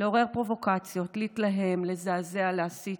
לעורר פרובוקציות, להתלהם, לזעזע, להסית.